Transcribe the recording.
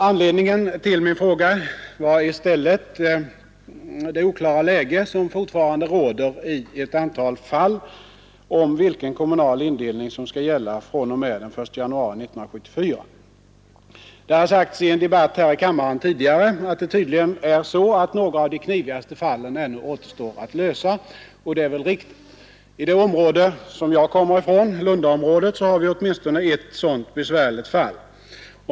Anledningen till min fråga är i stället det oklara läge som fortfarande råder i ett antal fall om vilken kommunal indelning som skall gälla fr.o.m. den 1 januari 1974. Det har sagts i en debatt här i kammaren tidigare att det tydligen är så att några av de knivigaste fallen ännu återstår att lösa, och det är väl riktigt. I det område som jag kommer ifrån, Lundaområdet, har vi åtminstone ett sådant besvärligt fall.